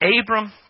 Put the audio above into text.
Abram